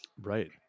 Right